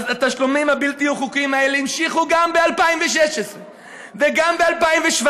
התשלומים הבלתי-חוקיים האלה המשיכו גם ב-2016 וגם ב-2017,